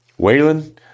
Waylon